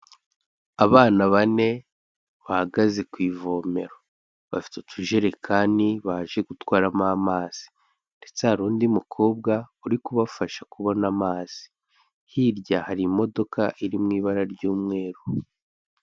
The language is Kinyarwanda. Abana bane bahagaze ku ivomero bafite utujerekani baje gutwaramo amazi ndetse hari undi mukobwa uri kubafasha kubona amazi, hirya hari imodoka iri mu ibara ry'umweru.